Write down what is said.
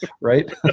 Right